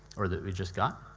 or that we just got.